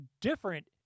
different